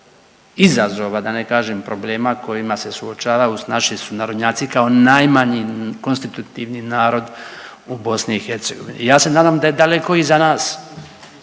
izazova, da ne kažem problema kojima se suočavaju naši sunarodnjaci kao najmanji konstitutivni narod u BiH. Ja se nadam da je daleko iza nas